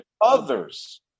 others